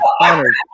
Honored